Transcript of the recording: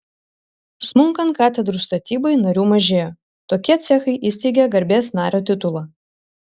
smunkant katedrų statybai narių mažėjo tokie cechai įsteigė garbės nario titulą